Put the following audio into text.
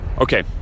okay